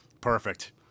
Perfect